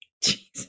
Jesus